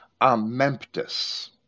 amemptus